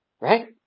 Right